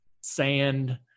sand